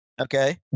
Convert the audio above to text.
okay